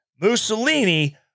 Mussolini